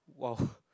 !wow!